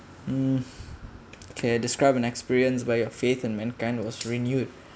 mm okay describe an experience where your faith in mankind was renewed